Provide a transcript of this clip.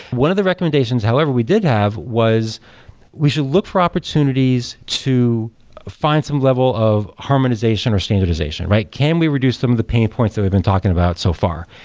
one of the recommendations however we did have was we should look for opportunities to find some level of harmonization, or standardization, right? can we reduce some of the pain points that we've been talking about so far?